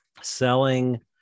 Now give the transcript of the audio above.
selling